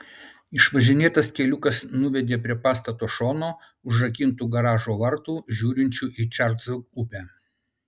išvažinėtas keliukas nuvedė prie pastato šono užrakintų garažo vartų žiūrinčių į čarlzo upę